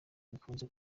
bikunze